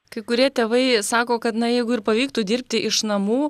kai kurie tėvai sako kad na jeigu ir pavyktų dirbti iš namų